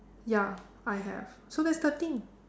ya I have so that's thirteen